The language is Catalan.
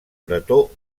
bretó